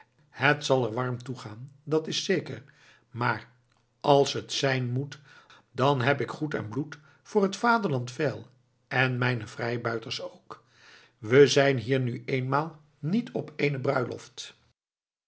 het zal er warm toegaan dat is zeker maar als het zijn moet dan heb ik goed en bloed voor het vaderland veil en mijne vrijbuiters ook we zijn hier nu eenmaal niet op eene bruiloft